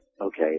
okay